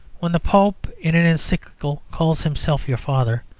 when the pope in an encyclical calls himself your father,